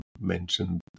mentioned